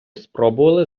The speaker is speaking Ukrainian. спробували